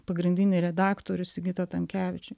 pagrindinį redaktorių sigitą tamkevičių